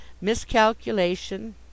miscalculation